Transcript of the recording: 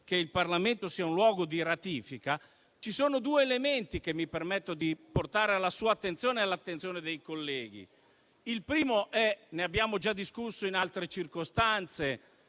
che il Parlamento sia un luogo di ratifica, ci sono due elementi che mi permetto di portare alla sua attenzione e all'attenzione dei colleghi: il primo - ne abbiamo già discusso in altre circostanze